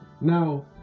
now